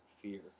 fear